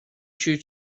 should